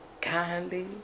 kindly